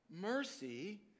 Mercy